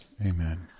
Amen